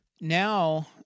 Now